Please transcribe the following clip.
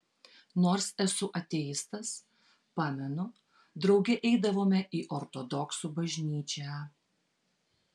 nors esu ateistas pamenu drauge eidavome į ortodoksų bažnyčią